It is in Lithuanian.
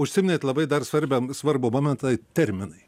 užsiminėt labai dar svarbią svarbų momentą terminai